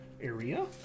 area